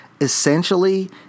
essentially